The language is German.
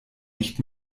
nicht